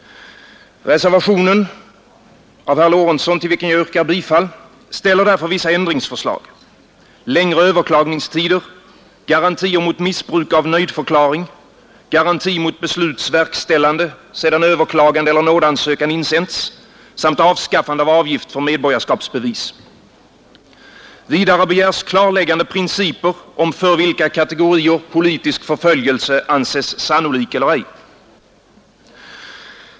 Reservationen av herr Lorentzon, till vilken jag yrkar bifall, ställer därför vissa ändringsförslag: längre överklagningstider, garantier mot missbruk av nöjdförklaring, garanti mot besluts verkställande sedan överklagande eller nådeansökan insänts samt avskaffande av avgift för medborgarskapsbevis. Vidare begärs klarläggande principer om för vilka kategorier politisk förföljelse anses sannolik eller ej.